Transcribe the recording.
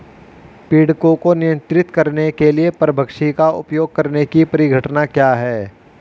पीड़कों को नियंत्रित करने के लिए परभक्षी का उपयोग करने की परिघटना क्या है?